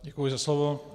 Děkuji za slovo.